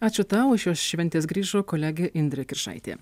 ačiū tau iš šios šventės grįžo kolegė indrė kiršaitė